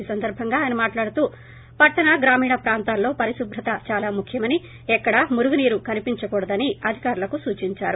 ఈ సందర్భంగా ఆయన మాట్లాడుతూ పట్లణ గ్రామీణ ప్రాంతాల్లో పరిశుభ్రత దాలా ముఖ్యమని ఎక్కడా మురుగునీరు కనిపించకూడదని అధికారులకు సూచించారు